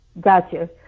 Gotcha